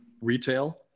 Retail